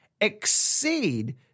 exceed